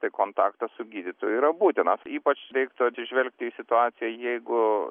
tai kontaktas su gydytoju yra būtinas ypač reiktų atsižvelgti į situaciją jeigu